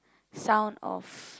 sound of